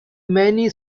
many